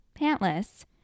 pantless